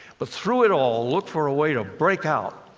but through it all, look for a way to break out,